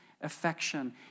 affection